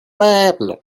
table